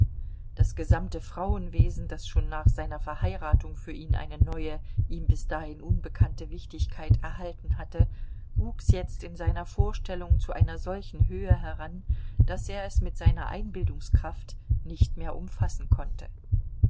das gesamte frauenwesen das schon nach seiner verheiratung für ihn eine neue ihm bis dahin unbekannte wichtigkeit erhalten hatte wuchs jetzt in seiner vorstellung zu einer solchen höhe heran daß er es mit seiner einbildungskraft nicht mehr umfassen konnte